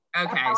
Okay